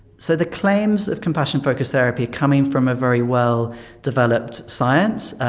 so the claims of compassion focused therapy coming from a very well developed science,